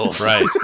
Right